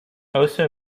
also